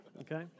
okay